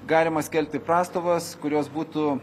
galima skelbti prastovas kurios būtų